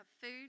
Food